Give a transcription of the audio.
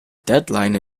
deadline